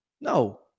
No